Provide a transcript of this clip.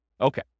Okay